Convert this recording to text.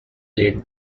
lit